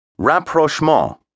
Rapprochement